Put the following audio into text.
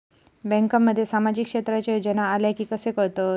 बँकांमध्ये सामाजिक क्षेत्रांच्या योजना आल्या की कसे कळतत?